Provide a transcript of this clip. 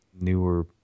newer